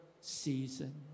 season